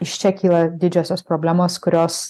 iš čia kyla didžiosios problemos kurios